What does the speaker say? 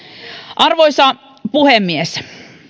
arvoisa puhemies